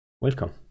Welcome